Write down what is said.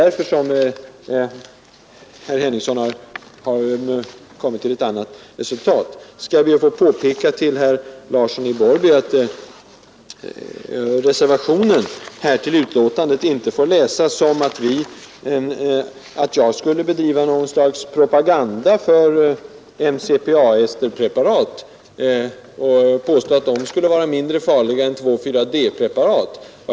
Jag ber att få påpeka för herr Larsson i Borrby att reservationen till betänkandet inte får läsas som om jag skulle bedriva något slags propaganda för MCPA-esterpreparat och påstå att de skulle vara mindre farliga än 2,4-D-preparat.